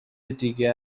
دیگه